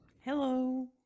Hello